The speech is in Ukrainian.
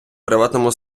приватному